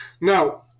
Now